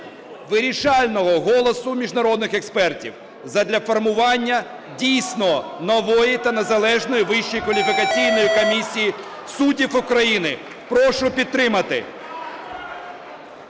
вирішального голосу міжнародних експертів задля формування дійсно нової та незалежної Вищої кваліфікаційної комісії суддів України. Прошу підтримати.